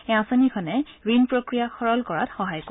এই আঁচনিখনে ঋণ প্ৰক্ৰিয়াক সৰল কৰাত সহায় কৰিব